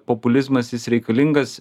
populizmas jis reikalingas